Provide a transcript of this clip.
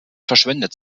verschwendet